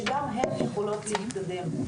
שגם הן יכולות להתקדם.